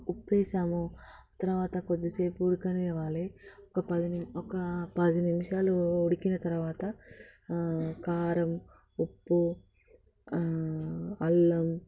ఉప్పు వేశాము తర్వాత కొద్దిసేపు ఉడకనివ్వాలి ఒక పది ఒక పది నిమిషాలు ఉడికిన తర్వాత కారం ఉప్పు అల్లం